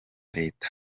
leta